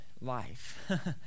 life